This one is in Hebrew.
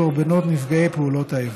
קורבנות נפגעי פעולות האיבה.